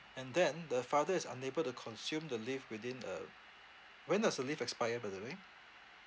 and then the father is unable to consume the leave within uh when does the leave expire by the way